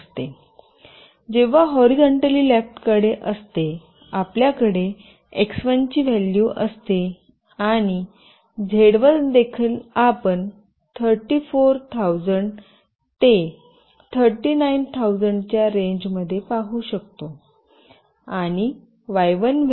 जेव्हा horizontally left कडे असते आपल्याकडे x1 ची व्हॅल्यू असते आणि z1 देखील आपण 34000 ते 39000 च्या रेंजमध्ये पाहू शकतो आणि y1 व्हॅल्यू येथे कमी आहे